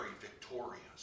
victorious